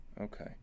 Okay